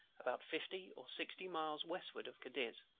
about fifty or sixty miles westward of cadiz